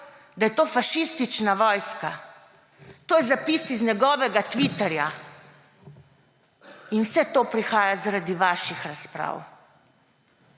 da je to fašistična vojska. To je zapis iz njegovega Twitterja in vse to prihaja zaradi vaših razprav.